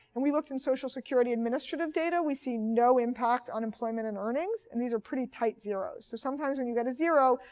and we looked in social security administrative data. we see no impact on employment and earnings, and these are pretty tight zeros. so sometimes when you get a zero,